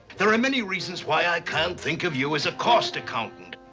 there are many reasons why i can't think of you as a cost accountant.